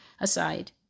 aside